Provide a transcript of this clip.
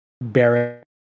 Barrett